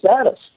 status